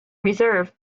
reserve